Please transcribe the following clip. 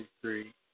three